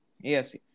Yes